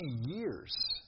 years